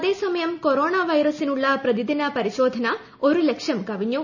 അതേ സമയം കൊറോണ വൈറസിനുള്ള പ്രതിദിന പരിശോധന ഒരുലക്ഷം കവിഞ്ഞു